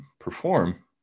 perform